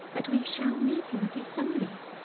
that we shall meet him at the assemblies,